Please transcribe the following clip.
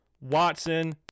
Watson